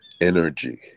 energy